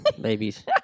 babies